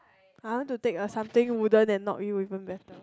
I want to take a something wooden and knock you even better